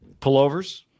Pullovers